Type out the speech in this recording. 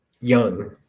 young